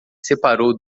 separou